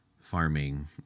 farming